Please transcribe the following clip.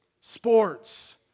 Sports